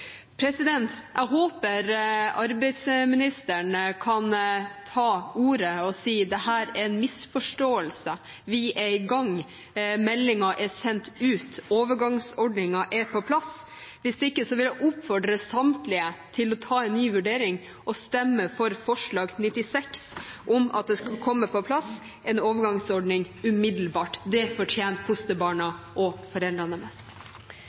Jeg håper arbeidsministeren kan ta ordet og si at dette er en misforståelse, at vi er i gang, meldingen er sendt ut, overgangsordningen er på plass. Hvis ikke vil jeg oppfordre samtlige til å ta en ny vurdering og stemme for forslag nr. 96, om at det skal komme på plass en overgangsordning umiddelbart. Det fortjener fosterbarna og foreldrene